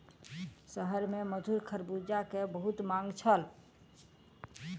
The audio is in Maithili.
शहर में मधुर खरबूजा के बहुत मांग छल